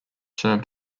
served